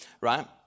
right